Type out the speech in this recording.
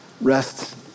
rest